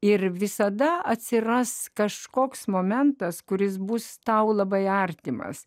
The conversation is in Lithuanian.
ir visada atsiras kažkoks momentas kuris bus tau labai artimas